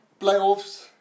Playoffs